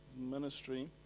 ministry